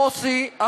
מוסי,